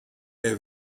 est